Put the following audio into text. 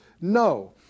No